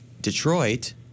Detroit